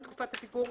לתקופת הפיגור,